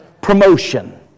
promotion